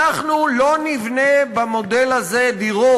אנחנו לא נבנה במודל הזה דירות.